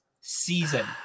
season